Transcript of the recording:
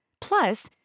Plus